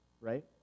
right